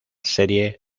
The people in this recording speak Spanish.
serie